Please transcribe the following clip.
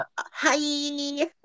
Hi